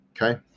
Okay